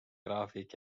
graafik